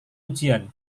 ujian